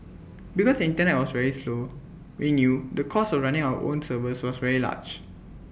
because the Internet was very slow renew the cost of running our own servers was very large